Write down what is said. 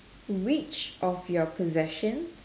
which of your possessions